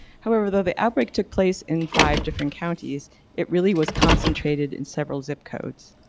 however, though the outbreak took place in five different counties it really was concentrated in several zip codes.